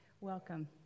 welcome